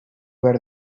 behar